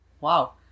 Wow